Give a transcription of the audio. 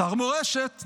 שר מורשת,